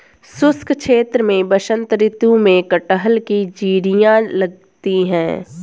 शुष्क क्षेत्र में बसंत ऋतु में कटहल की जिरीयां लगती है